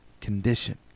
condition